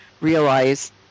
realize